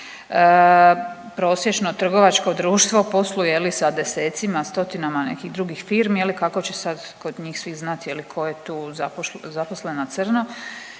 Prosječno trgovačko društvo posluje sa desecima, stotinama nekih drugih firmi, kako će sad ko njih svih znati tko je tu zaposlen na crno.